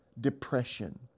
depression